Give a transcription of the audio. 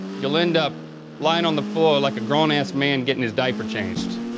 you'll end up lying on the floor like a grown-ass man gettin' his diaper changed.